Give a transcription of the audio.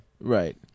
Right